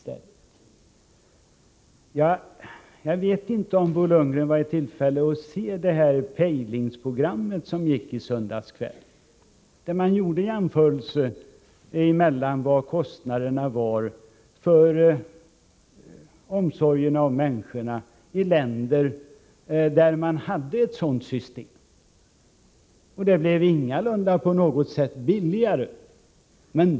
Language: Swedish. Jag vet inte om Bo Lundgren var i tillfälle att se TV-programmet Pejling som gick i söndags kväll. Där gjorde man jämförelser med kostnaderna för omsorgen om människorna i länder där man har ett sådant system. Det blev ingalunda på något sätt billigare.